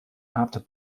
after